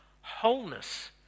wholeness